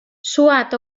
suat